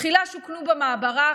תחילה שוכנו במעברה,